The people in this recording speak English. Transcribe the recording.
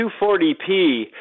240p